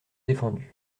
défendus